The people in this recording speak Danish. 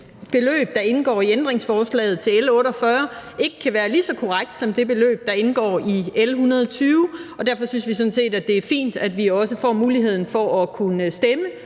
beløb, der indgår i ændringsforslaget til L 48, ikke kan være lige så korrekt som det beløb, der indgår i L 120, og derfor synes vi sådan set, at det er fint, at vi også får muligheden for at kunne stemme